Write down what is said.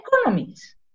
economies